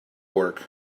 work